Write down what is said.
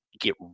get